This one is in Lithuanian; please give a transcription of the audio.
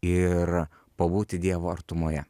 ir pabūti dievo artumoje